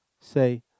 Say